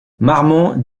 marmont